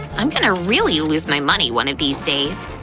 i'm gonna really lose my money one of these days.